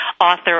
author